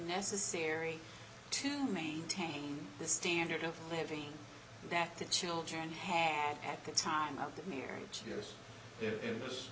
necessary to maintain the standard of living that the children had at the time of the myriads years it was